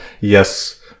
Yes